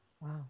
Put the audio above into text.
Wow